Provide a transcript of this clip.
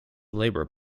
labour